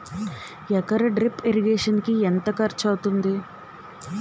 ఎకర drip irrigation కి ఎంత ఖర్చు అవుతుంది?